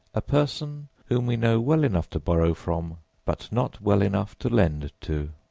a person whom we know well enough to borrow from, but not well enough to lend to.